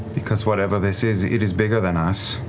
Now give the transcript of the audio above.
because whatever this is, it is bigger than us.